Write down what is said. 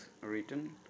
written